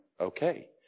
Okay